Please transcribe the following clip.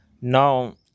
Now